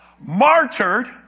martyred